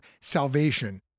salvation